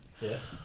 Yes